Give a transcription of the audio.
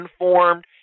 informed